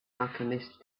alchemist